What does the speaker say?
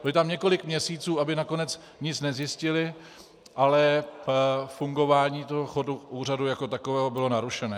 Byly tam několik měsíců, aby nakonec nic nezjistily, ale fungování chodu úřadu jako takového bylo narušené.